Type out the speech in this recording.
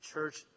Church